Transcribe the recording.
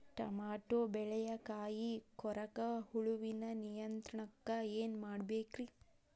Tomato ಬೆಳೆಯ ಕಾಯಿ ಕೊರಕ ಹುಳುವಿನ ನಿಯಂತ್ರಣಕ್ಕ ಏನ್ ಮಾಡಬೇಕ್ರಿ?